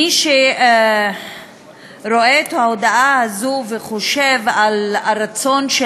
מי שרואה את ההודעה הזאת וחושב על הרצון של